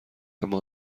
اما